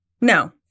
no